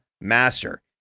master